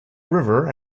river